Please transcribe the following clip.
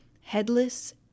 Headless